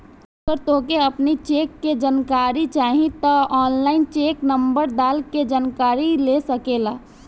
अगर तोहके अपनी चेक के जानकारी चाही तअ ऑनलाइन चेक नंबर डाल के जानकरी ले सकेला